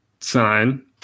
sign